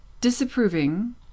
disapproving